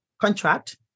contract